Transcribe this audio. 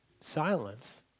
silence